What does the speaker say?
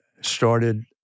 started